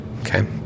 okay